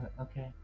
Okay